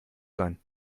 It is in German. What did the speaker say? sein